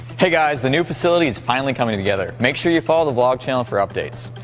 hey guys the new facility is finally coming together, make sure you follow the vlog channel for updates.